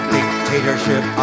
dictatorship